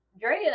Drea